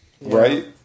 Right